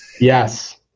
Yes